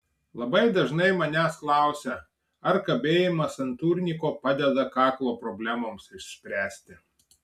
labai dažnai manęs klausia ar kabėjimas ant turniko padeda kaklo problemoms išspręsti